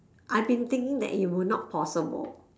I been thinking it will not possible